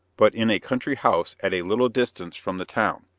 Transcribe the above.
but in a country house at a little distance from the town.